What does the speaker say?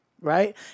Right